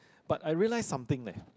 but I realise something leh